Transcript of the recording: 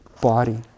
body